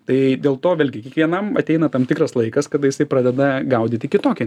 tai dėl to vėlgi kiekvienam ateina tam tikras laikas kada jisai pradeda gaudyti kitokią